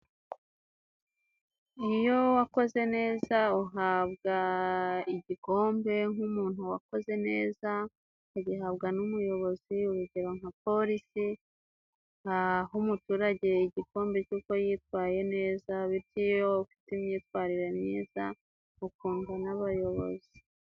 Iyo wakoze neza uhabwa igikombe nk'umuntu wakoze neza, ukagihabwa n'umuyobozi, urugero nka polisi iha umuturage igikombe cy'uko yitwaye neza, bityo iyo ufite imyitwarire myiza ukundwa n'abayobozi.